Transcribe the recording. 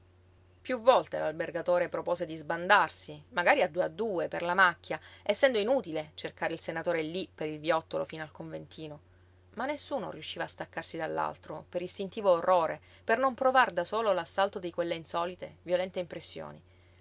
piú volte l'albergatore propose di sbandarsi magari a due a due per la macchia essendo inutile cercare il senatore lí per il viottolo fino al conventino ma nessuno riusciva a staccarsi dall'altro per istintivo orrore per non provar da solo l'assalto di quelle insolite violente impressioni